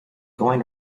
going